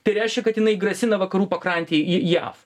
tai reiškia kad jinai grasina vakarų pakrantėj į jav